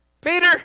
Peter